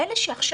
אלהרר זה בעצם